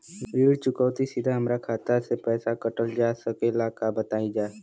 ऋण चुकौती सीधा हमार खाता से पैसा कटल जा सकेला का बताई जा?